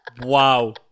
Wow